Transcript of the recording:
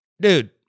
dude